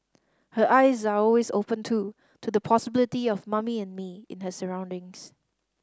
her eyes are always open too to the possibility of Mummy and Me in her surroundings